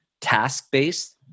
task-based